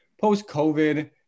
post-covid